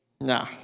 Nah